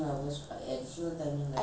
reisha I'll never stop on time